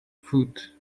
foot